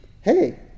hey